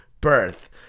Birth